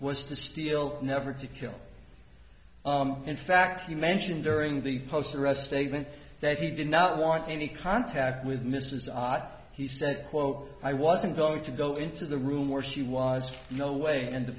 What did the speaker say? was to steal never to kill in fact you mentioned during the post arrest statement that he did not want any contact with mrs ott he said quote i wasn't going to go into the room where she was no way and the